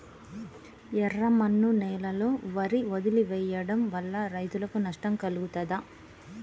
ఎర్రమన్ను నేలలో వరి వదిలివేయడం వల్ల రైతులకు నష్టం కలుగుతదా?